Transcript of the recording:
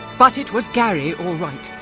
but it was gary all right.